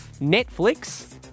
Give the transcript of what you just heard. Netflix